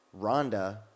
Rhonda